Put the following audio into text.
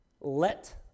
let